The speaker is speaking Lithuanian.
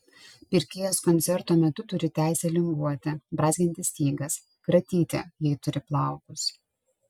pirkėjas koncerto metu turi teisę linguoti brązginti stygas kratyti jei turi plaukus